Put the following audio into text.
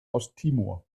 osttimor